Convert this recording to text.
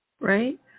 right